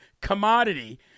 commodity